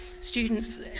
students